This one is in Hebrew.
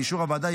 באישור הוועדה,